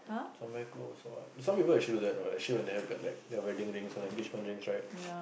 somewhere close some people actually do that you know when they have their wedding rings or engagement rings all that